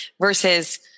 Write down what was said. versus